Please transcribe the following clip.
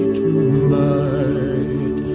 tonight